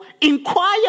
inquire